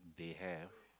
they have